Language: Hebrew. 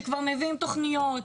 שכבר מביאים תוכניות,